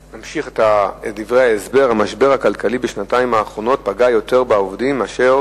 המשבר הכלכלי בשנתיים האחרונות פגע בעובדים יותר מאשר